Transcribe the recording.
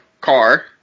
car